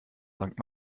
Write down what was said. sankt